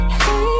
hey